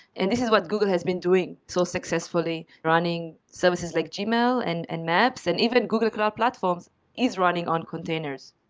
and this is what google has been doing so successfully running services like gmail, and and maps, and even google cloud platforms is running on containers.